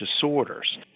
disorders